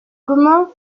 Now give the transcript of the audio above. comment